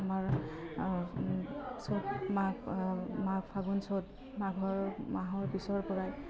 আমাৰ চ'ত মাঘ মাঘ ফাগুণ চ'ত মাঘৰ মাহৰ পিছৰ পৰাই